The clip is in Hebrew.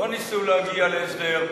שלא ניסו להגיע להסדר,